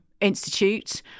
Institute